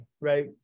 right